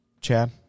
Chad